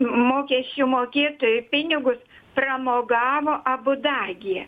mokesčių mokėtojų pinigus pramogavo abu dagyje